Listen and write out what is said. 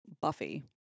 Buffy